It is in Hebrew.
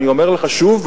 אני אומר לך שוב,